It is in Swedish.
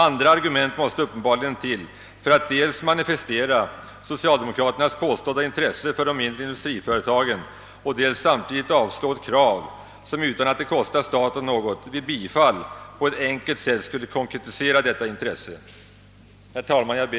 Andra argument måste uppenbarligen till för att dels manifestera socialdemokraternas påstådda intresse för de mindre industriföretagen, dels samtidigt avstyrka ett krav som utan att det kostar staten något vid bifall på ett enkelt sätt skulle konkretisera detta intresse. Herr talman!